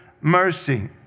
mercy